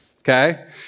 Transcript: okay